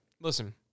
listen